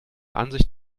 ansicht